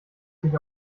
sich